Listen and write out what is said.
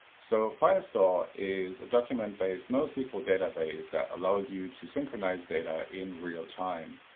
so firestore is a document-based nosql database that allows you to synchronize data in real time.